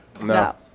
No